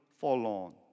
forlorn